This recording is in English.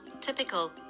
typical